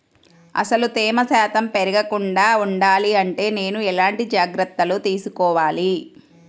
అసలు తేమ శాతం పెరగకుండా వుండాలి అంటే నేను ఎలాంటి జాగ్రత్తలు తీసుకోవాలి?